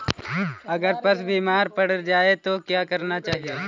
अगर पशु बीमार पड़ जाय तो क्या करना चाहिए?